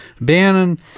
Bannon